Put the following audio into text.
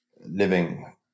living